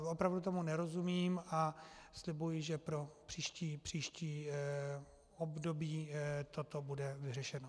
Opravdu tomu nerozumím a slibuji, že pro příští období toto bude vyřešeno.